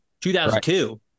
2002